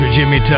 Jimmy